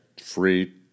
free